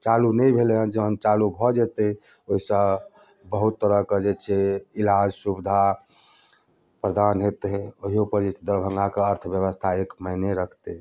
चालू नहि भेलै है जहन चालू भऽ जेतै ओहि सँ बहुत तरहके जे छै इलाज सुविधा प्रदान हेतै ओहियो परमे दरभङ्गाके अर्थव्यवस्था एक मायने रखते